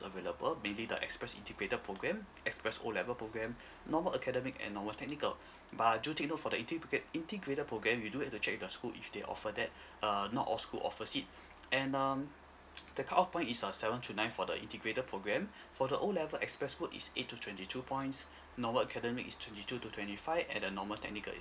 available namely the express integrated programme express O level programme normal academic and normal technical but do take note for the integr~ integrated programme you do need to check with the school if they offer that err not all school offers it and um the cutoff point is uh seven to nine for the integrated programme for the O level express route is eight to twenty two points normal academic is twenty two to twenty five and the normal technical is